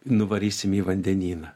nuvarysim į vandenyną